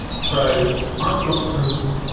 so, i've got some